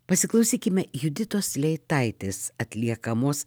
pasiklausykime juditos leitaitės atliekamos